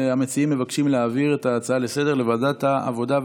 המציעים מבקשים להעביר את ההצעה לסדר-היום לוועדת העבודה,